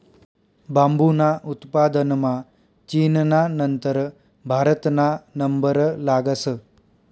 बांबूना उत्पादनमा चीनना नंतर भारतना नंबर लागस